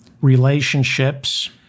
relationships